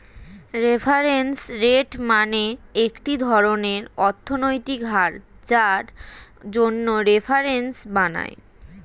reference rate মানে একটি ধরনের অর্থনৈতিক হার যার জন্য রেফারেন্স বানায়